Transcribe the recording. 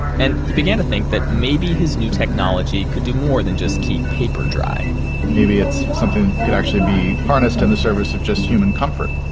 and he began to think that maybe his new technology could do more than just keep paper dry maybe it's something that could actually be harnessed in the service of just human comfort